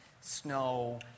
snow